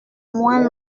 moins